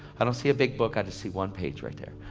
i don't see a big book i just see one page right there.